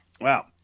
Wow